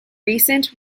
recent